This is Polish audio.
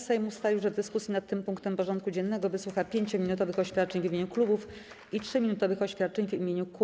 Sejm ustalił, że w dyskusji nad tym punktem porządku dziennego wysłucha 5-minutowych oświadczeń w imieniu klubów i 3-minutowych oświadczeń w imieniu kół.